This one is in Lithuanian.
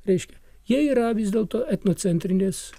reiškia jie yra vis dėlto etno centrinės